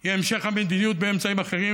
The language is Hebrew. היא המשך המדיניות באמצעים אחרים.